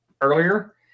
earlier